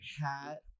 hat